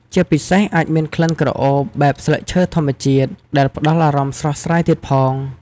ជាពិសេស អាចមានក្លិនក្រអូប បែបស្លឹកឈើធម្មជាតិ ដែលផ្ដល់អារម្មណ៍ស្រស់ស្រាយទៀតផង។